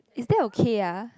is that okay ah